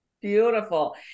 Beautiful